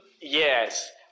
Yes